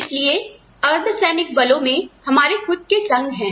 इसलिए अर्धसैनिक बलों में हमारे खुद के संघ हैं